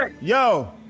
Yo